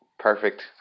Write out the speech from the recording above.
perfect